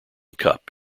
cup